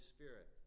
Spirit